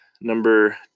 number